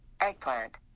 eggplant